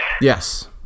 Yes